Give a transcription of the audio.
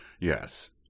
Yes